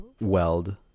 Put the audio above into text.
weld